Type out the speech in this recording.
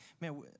man